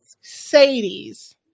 Sadie's